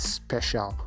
special